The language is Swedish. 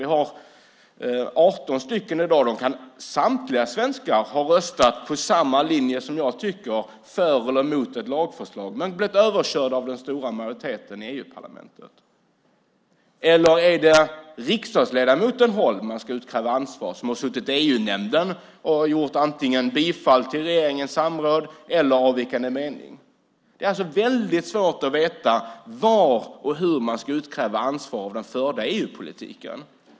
Vi har 18 stycken i dag, och samtliga svenskar har röstat på samma linje för eller emot ett lagförslag men har blivit överkörda av den stora majoriteten i EU-parlamentet. Eller är det av riksdagsledamoten Holm, som har suttit i EU-nämnden och vid regeringens samråd antingen bifallit eller anmält avvikande mening, som ansvar ska utkrävas? Det är alltså väldigt svårt att veta var och hur man ska utkräva ansvar för den förda EU-politiken.